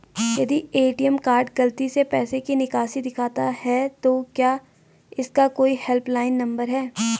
यदि ATM card गलती से पैसे की निकासी दिखाता है तो क्या इसका कोई हेल्प लाइन नम्बर है?